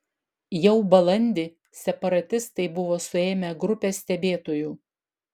jau balandį separatistai buvo suėmę grupę stebėtojų